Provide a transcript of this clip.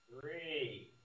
Three